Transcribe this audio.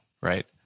right